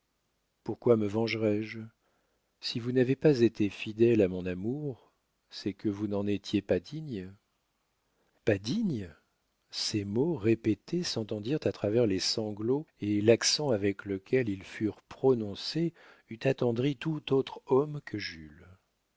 pourquoi me vengerais je si vous n'avez pas été fidèle à mon amour c'est que vous n'en étiez pas digne pas digne ces mots répétés s'entendirent à travers les sanglots et l'accent avec lequel ils furent prononcés eût attendri tout autre homme que jules